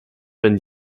wenn